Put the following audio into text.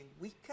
weaker